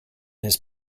his